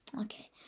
Okay